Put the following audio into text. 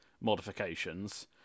modifications